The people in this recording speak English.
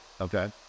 Okay